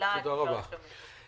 לעד, לעד להשתמש.